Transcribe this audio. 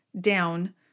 down